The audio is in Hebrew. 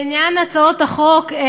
בעניין הצעות החוק,